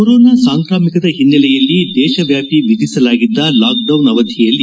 corona ಸಾಂಕಾಮಿಕದ ಹಿನೈಲೆಯಲ್ಲಿ ದೇಶವಾಪಿ ವಿಧಿಸಲಾಗಿದ್ದ ಲಾಕ್ಡೌನ್ ಅವಧಿಯಲ್ಲಿ